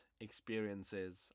Experiences